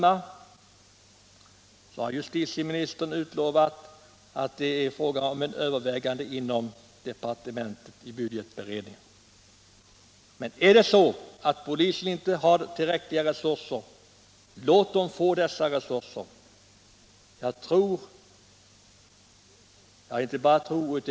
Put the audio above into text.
Av justitieministerns svar att döma övervägs resursfrågan inom departementet i budgetberedningen. Men om polisen inte har tillräckliga resurser, så ge den sådana!